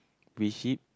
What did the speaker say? we see